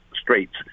streets